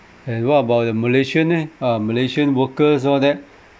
and what about the malaysian eh uh malaysian workers all that